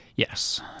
Yes